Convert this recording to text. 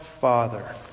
Father